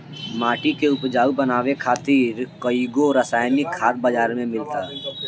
माटी के उपजाऊ बनावे खातिर कईगो रासायनिक खाद बाजार में मिलता